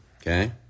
okay